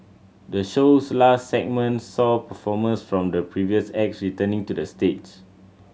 the show's last segment saw performers from the previous acts returning to the stage